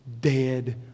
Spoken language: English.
dead